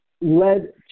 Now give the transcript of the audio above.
led